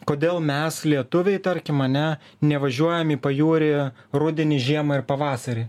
kodėl mes lietuviai tarkim ane nevažiuojam į pajūrį rudenį žiemą ir pavasarį